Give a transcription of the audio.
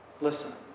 Listen